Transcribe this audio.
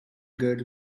girl